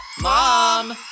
Mom